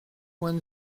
point